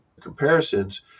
comparisons